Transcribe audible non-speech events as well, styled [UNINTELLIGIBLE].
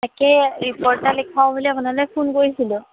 তাকে ৰিপৰ্ট এটা [UNINTELLIGIBLE] লিখাওঁ বুলি আপোনালৈ ফোন কৰিছিলোঁ